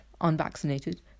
unvaccinated